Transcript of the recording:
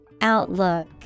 Outlook